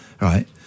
right